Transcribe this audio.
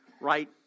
right